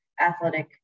athletic